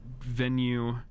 venue